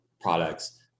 products